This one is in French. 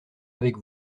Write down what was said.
avec